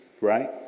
right